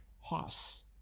hoss